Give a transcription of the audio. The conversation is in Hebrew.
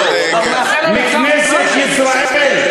מכנסת ישראל,